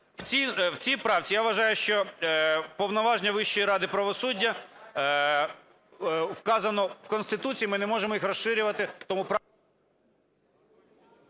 В цій правці, я вважаю, що повноваження Вищої ради правосуддя вказано в Конституції, ми не можемо їх розширювати...